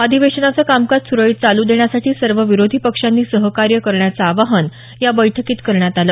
अधिवेशनाचं कामकाज स्ररळीत चालू देण्यासाठी सर्व विरोधी पक्षांनी सहकार्य करण्याचं आवाहन या बैठकीत करण्यात आलं